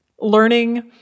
learning